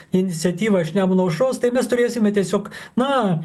iniciatyvą iš nemuno aušros tai mes turėsime tiesiog na